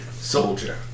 soldier